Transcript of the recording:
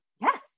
yes